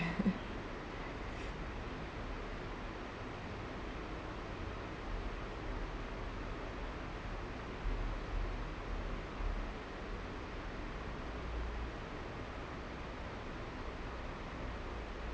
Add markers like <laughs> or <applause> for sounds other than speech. <laughs>